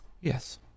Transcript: Yes